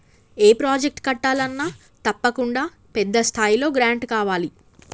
ఏ project కట్టాలన్నా తప్పకుండా పెద్ద స్థాయిలో గ్రాంటు కావాలి